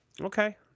Okay